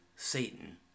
Satan